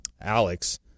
Alex